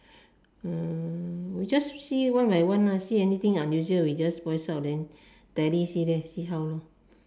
we just see one by one see anything unusual we just voice out then tally see then see how lor